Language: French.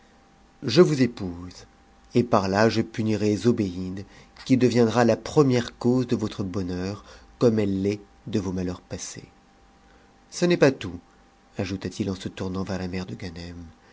je vous épouse et par-là je punirai zobéide qui deviendra la première cause de votre bonheur comme elle l'est de vos malheurs passés ce n'est pas tout ajouta-t-il en se tournant vers la mère de ganem